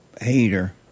hater